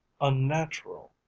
unnatural